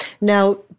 Now